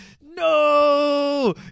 No